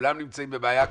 כולם נמצאים בבעיה,